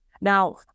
Now